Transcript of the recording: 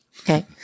Okay